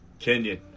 Kenyan